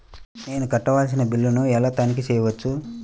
నేను కట్టవలసిన బిల్లులను ఎలా తనిఖీ చెయ్యవచ్చు?